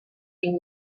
cinc